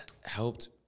helped